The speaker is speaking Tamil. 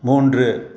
மூன்று